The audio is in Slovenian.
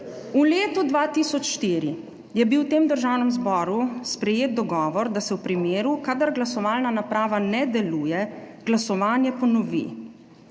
V letu 2004 je bil v Državnem zboru sprejet dogovor, da se v primeru, kadar glasovalna naprava ne deluje, glasovanje ponovi.